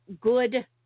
good